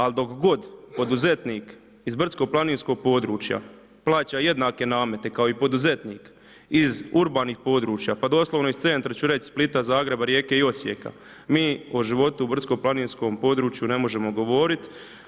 Ali dok god poduzetnik iz brdsko-planinskog područja plaća jednake namete kao i poduzetnik iz urbanih područja, pa doslovno iz centra ću reći Splita, Zagreba, Rijeke i Osijeka mi o životu u brdsko-planinskom području ne možemo govoriti.